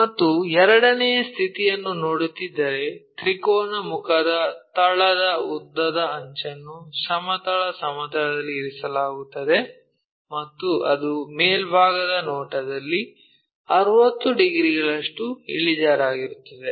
ಮತ್ತು ಎರಡನೇ ಸ್ಥಿತಿಯನ್ನು ನೋಡುತ್ತಿದ್ದರೆ ತ್ರಿಕೋನ ಮುಖದ ತಳದ ಉದ್ದದ ಅಂಚನ್ನು ಸಮತಲ ಸಮತಲದಲ್ಲಿ ಇರಿಸಲಾಗುತ್ತದೆ ಮತ್ತು ಅದು ಮೇಲ್ಭಾಗದ ನೋಟದಲ್ಲಿ 60 ಡಿಗ್ರಿಗಳಷ್ಟು ಇಳಿಜಾರಾಗಿರುತ್ತದೆ